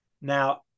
Now